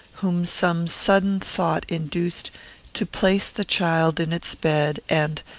whom some sudden thought induced to place the child in its bed, and,